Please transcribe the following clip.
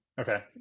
Okay